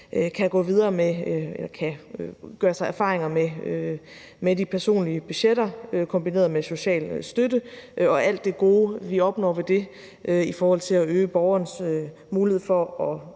kan gøre sig erfaringer med de personlige budgetter kombineret med social støtte og alt det gode, vi opnår ved det, i forhold til at øge borgerens mulighed for at